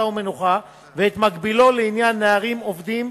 ומנוחה ואת מקבילו לעניין נערים עובדים,